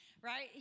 right